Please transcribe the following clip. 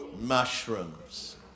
mushrooms